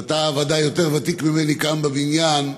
ואתה בוודאי יותר ותיק ממני כאן בבניין: